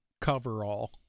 coverall